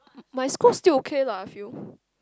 my school still okay lah I feel